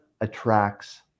attracts